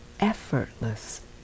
effortless